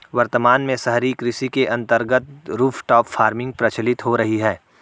वर्तमान में शहरी कृषि के अंतर्गत रूफटॉप फार्मिंग प्रचलित हो रही है